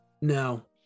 No